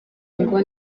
ngo